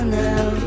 now